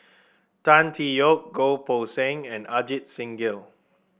Tan Tee Yoke Goh Poh Seng and Ajit Singh Gill